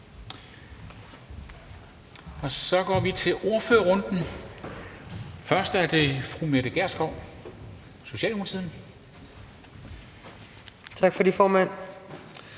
og så går vi til ordførerrunden. Først er det fru Mette Gjerskov, Socialdemokratiet. Kl.